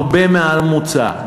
הרבה מעל הממוצע,